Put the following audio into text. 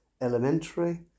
elementary